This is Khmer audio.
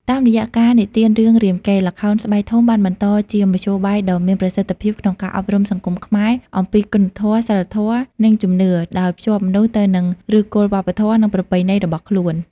តាមរយៈការនិទានរឿងរាមកេរ្តិ៍ ល្ខោនស្បែកធំបានបន្តជាមធ្យោបាយដ៏មានប្រសិទ្ធភាពក្នុងការអប់រំសង្គមខ្មែរអំពីគុណធម៌ សីលធម៌ និងជំនឿ ដោយភ្ជាប់មនុស្សទៅនឹងឫសគល់វប្បធម៌ និងប្រពៃណីរបស់ខ្លួន ។